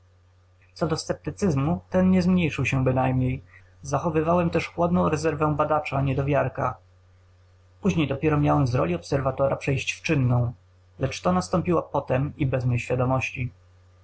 co do sceptycyzmu ten nie zmniejszył się bynajmniej zachowywałem też chłodną rezerwę badacza niedowiarka później dopiero miałem z roli obserwatora przejść w czynną lecz to nastąpiło potem i bez mej świadomości